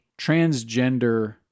transgender